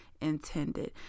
intended